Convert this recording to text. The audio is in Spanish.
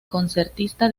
concertista